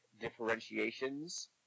differentiations